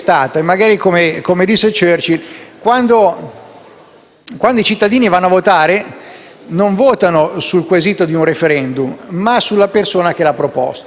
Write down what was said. quando i cittadini vanno a votare, non votano sul quesito di un *referendum*, ma sulla persona che l'ha proposto e di questo abbiamo avuto abbondante riprova.